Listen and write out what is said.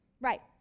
right